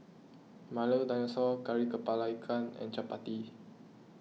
Milo Dinosaur Kari Kepala Ikan and Chappati